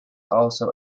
also